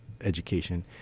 education